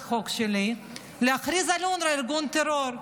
חוק שלי להכריז על אונר"א ארגון טרור,